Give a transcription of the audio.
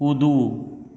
कूदू